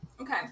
Okay